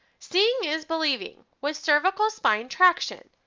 seeing is believing with cervical spine traction.